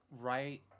right